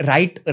Right